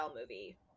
movie